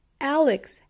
Alex